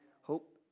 hope